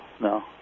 no